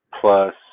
plus